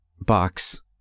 box